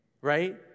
right